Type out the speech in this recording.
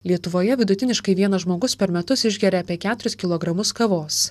lietuvoje vidutiniškai vienas žmogus per metus išgeria apie keturis kilogramus kavos